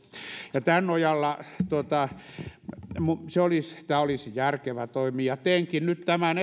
ja tämän nojalla tämä olisi järkevä toimi teenkin nyt tämän